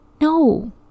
no